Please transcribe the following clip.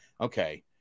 Okay